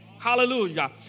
Hallelujah